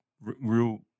real